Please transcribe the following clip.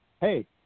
hey